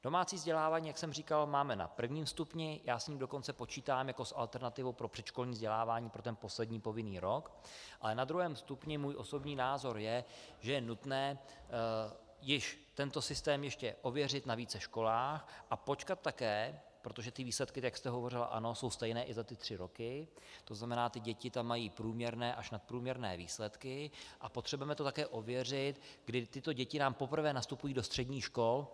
Domácí vzdělávání, jak jsem říkal, máme na prvním stupni, já s ním dokonce počítám jako s alternativou pro předškolní vzdělávání pro poslední povinný rok, ale na druhém stupni můj osobní názor je, že je nutné tento systém ještě ověřit na více školách a počkat také, protože ty výsledky, jak jste hovořila, ano, jsou stejné i za tři roky, tzn. děti mají průměrné až nadprůměrné výsledky, a potřebujeme to také ověřit, kdy tyto děti nám poprvé nastupují do středních škol.